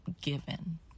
given